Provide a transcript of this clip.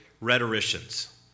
rhetoricians